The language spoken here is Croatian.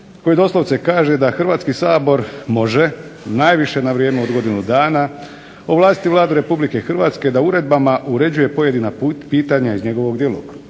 koji doslovce kaže da Hrvatski sabor može najviše na vrijeme od godinu dana ovlastiti Vladu RH da uredbama uređuje pojedina pitanja iz njegovog djelovanja.